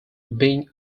being